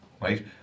right